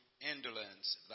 indolence